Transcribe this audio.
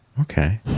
Okay